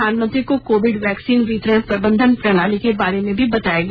प्रधानमंत्री को Covid vaccine वितरण प्रबंधन प्रणाली को बारे में भी बताया गया